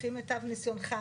לפי מיטב ניסיונך,